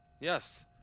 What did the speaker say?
Yes